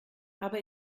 aber